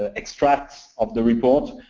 ah extracts of the report.